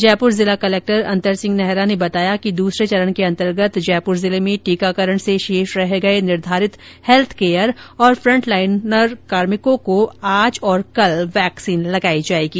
जयपुर जिला कलेक्टर अंतर सिंह नेहरा ने बताया कि दूसरे चरण के अन्तर्गत जयपुर जिले में टीकाकरण से शेष रह गए निर्धारित हैल्थकेयर और फ्रंटलाइनर कार्मिकों को आज और कल वैक्सीन लगाई जाएगी